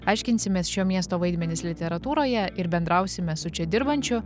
aiškinsimės šio miesto vaidmenis literatūroje ir bendrausime su čia dirbančiu